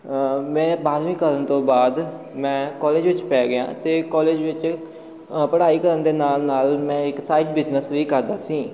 ਮੈਂ ਬਾਰਵੀਂ ਕਰਨ ਤੋਂ ਬਾਅਦ ਮੈਂ ਕੋਲਜ ਵਿੱਚ ਪੈ ਗਿਆ ਅਤੇ ਕੋਲਜ ਵਿੱਚ ਪੜ੍ਹਾਈ ਕਰਨ ਦੇ ਨਾਲ ਨਾਲ ਮੈਂ ਇੱਕ ਸਾਈਡ ਬਿਜਨਸ ਵੀ ਕਰਦਾ ਸੀ